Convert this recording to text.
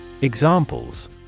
Examples